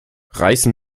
reißen